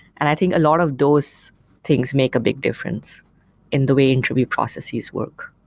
and i think a lot of those things make a big difference in the way interview processes work